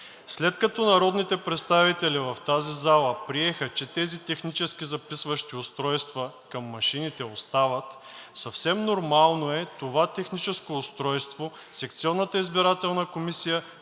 След като народните представители в тази зала приеха, че тези технически записващи устройства към машините остават, съвсем нормално е това техническо устройство секционната избирателна комисия